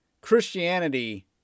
Christianity